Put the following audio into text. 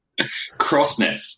Crossnet